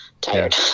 tired